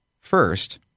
first